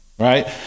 right